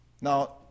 Now